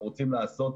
אנחנו רוצים לעשות